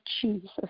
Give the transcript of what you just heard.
jesus